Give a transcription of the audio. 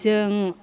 जों